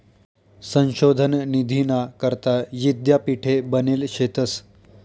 संशोधन निधीना करता यीद्यापीठे बनेल शेतंस